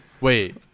Wait